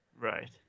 Right